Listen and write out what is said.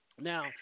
Now